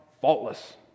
faultless